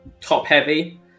top-heavy